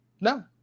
No